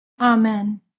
Amen